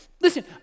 Listen